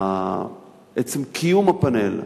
עצם קיום הפאנל,